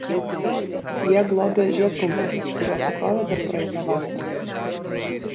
jie globia žiedpumpurius kuriuos sukrovė dar praeitą vasarą